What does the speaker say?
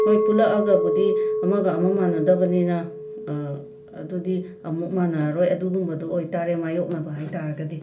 ꯍꯣꯏ ꯄꯨꯜꯂꯑꯛꯒꯕꯨꯗꯤ ꯑꯃꯒ ꯑꯃꯒ ꯃꯥꯅꯗꯕꯅꯤꯅ ꯑꯗꯨꯗꯤ ꯑꯃꯨꯛ ꯃꯥꯟꯅꯔꯔꯣꯏ ꯑꯗꯨꯒꯨꯝꯕꯗꯨ ꯑꯣꯏꯇꯥꯔꯦ ꯃꯥꯌꯣꯛꯅꯕ ꯍꯥꯏ ꯇꯥꯔꯒꯗꯤ